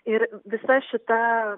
ir visa šita